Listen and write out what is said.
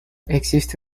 existe